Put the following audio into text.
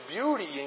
beauty